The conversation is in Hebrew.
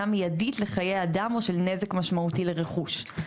מיידית לחיי אדם או של נזק משמעותי לרכוש.